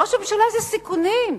ראש הממשלה זה סיכונים,